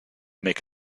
make